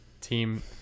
team